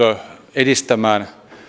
edistämään